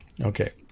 Okay